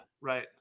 right